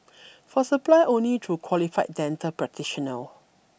for supply only through qualified dental practitioner